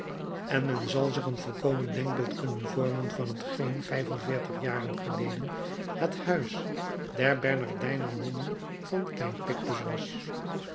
en men zal zich een volkomen denkbeeld kunnen vormen van t geen vijf-en-veertig jaren geleden het huis der bernardijner nonnen van klein picpus was